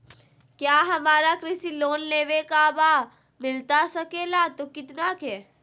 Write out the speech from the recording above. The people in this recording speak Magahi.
क्या हमारा कृषि लोन लेवे का बा मिलता सके ला तो कितना के?